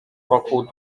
wokół